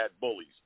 bullies